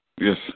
Yes